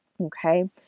Okay